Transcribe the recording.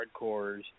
hardcores